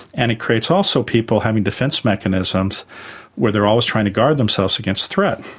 and it creates also people having defence mechanisms where they're always trying to guard themselves against threat.